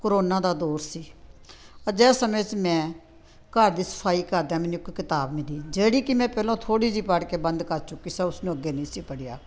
corona ਦਾ ਦੌਰ ਸੀ ਅਜਿਹੇ ਸਮੇਂ 'ਚ ਮੈਂ ਘਰ ਦੀ ਸਫ਼ਾਈ ਕਰਦਿਆਂ ਮੈਨੂੰ ਇੱਕ ਕਿਤਾਬ ਮਿਲੀ ਜਿਹੜੀ ਕਿ ਮੈਂ ਪਹਿਲਾਂ ਥੋੜ੍ਹੀ ਜਿਹੀ ਪੜ੍ਹ ਕੇ ਬੰਦ ਕਰ ਚੁੱਕੀ ਸਾਂ ਉਸਨੂੰ ਅੱਗੇ ਨਹੀਂ ਸੀ ਪੜ੍ਹਿਆ